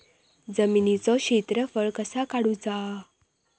जमिनीचो क्षेत्रफळ कसा काढुचा?